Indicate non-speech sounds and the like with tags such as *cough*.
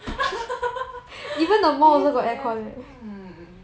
*laughs* freeze to death hmm